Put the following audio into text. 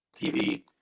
TV